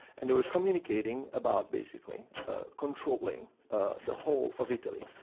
and they were communicating about basically controlling the whole of italy.